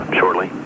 shortly